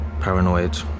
Paranoid